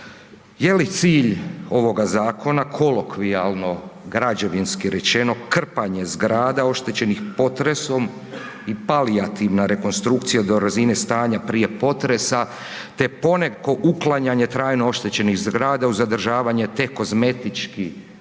Je li cilj ovoga zakona kolokvijalno građevinski rečeno krpanje zgrada oštećenih potresom i palijativna rekonstrukcija do razine stanja prije potresa te poneko uklanjanje trajno oštećenih zgrada uz zadržavanja te kozmetički